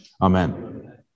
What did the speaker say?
amen